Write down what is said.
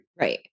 Right